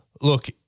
look